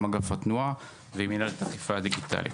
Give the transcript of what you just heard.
אגף התנועה ומינהלת האכיפה הדיגיטלית.